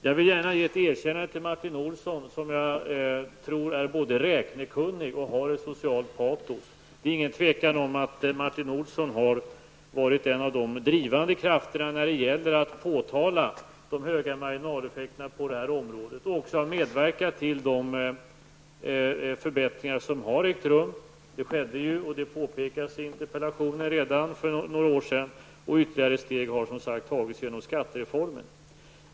Jag vill gärna ge ett erkännande till Martin Olsson, som jag tror både är räknekunnig och har ett socialt patos. Det är inget tvivel om att Martin Olsson har varit en av de drivande krafterna när det gällt att påtala de höga marginaleffekterna på detta område och också medverka till de förbättringar som har ägt rum. Det skedde, vilket påpekas i interpellationen, redan för några år sedan, och ytterligare steg har som sagt tagits genom skattereformen.